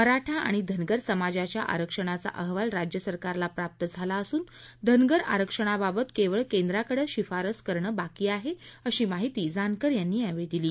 मराठा आणि धनगर समाजाच्या आरक्षणाचा अहवाल राज्य सरकारला प्राप्त झाला असून धनगर आरक्षणाबाबत केवळ केंद्राकडे शिफारस करणं बाकी आहे अशी माहिती जानकर यांनी यावेळी दिली